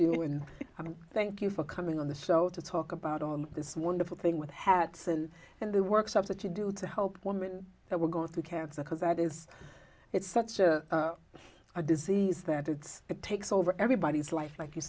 you and i mean thank you for coming on the show to talk about on this wonderful thing with hat and the works of that you do to help women that were going through cancer because that is it's such a disease that it's it takes over everybody's life like you